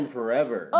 Forever